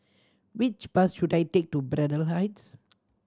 which bus should I take to Braddell Heights